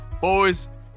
Boys